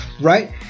right